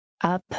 up